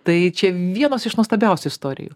tai čia vienos iš nuostabiausių istorijų